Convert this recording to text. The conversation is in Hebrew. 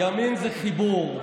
ימין זה חיבור.